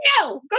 no